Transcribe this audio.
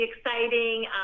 exciting